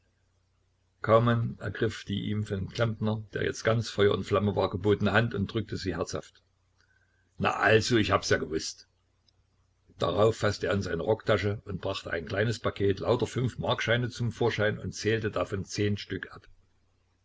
kaumann ergriff die ihm von dem klempner der jetzt ganz feuer und flamme war gebotene hand und drückte sie herzhaft na also ich hab's ja gewußt darauf faßte er in seine rocktasche und brachte ein kleines paket lauter fünfmarkscheine zum vorschein und zählte davon zehn stück ab